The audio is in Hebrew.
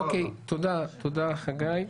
אוקיי, תודה, חגי.